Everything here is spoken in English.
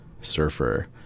Surfer